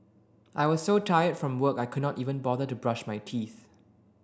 I was so tired from work I could not even bother to brush my teeth